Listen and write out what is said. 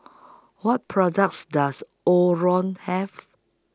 What products Does Omron Have